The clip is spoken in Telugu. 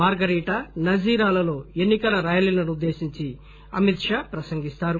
మార్గరీటా నజీరాలలో ఎన్నికల ర్యాలీని ఉద్దేశించి అమిత్ షా ప్రసంగిస్తారు